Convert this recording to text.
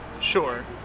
sure